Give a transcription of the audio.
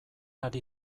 ari